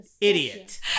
Idiot